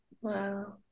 Wow